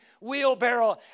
wheelbarrow